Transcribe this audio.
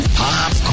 pop